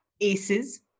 Aces